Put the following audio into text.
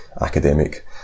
academic